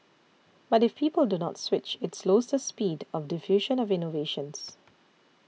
but if people do not switch it slows the speed of diffusion of innovations